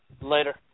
Later